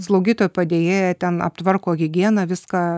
slaugytojo padėjėja ten aptvarko higieną viską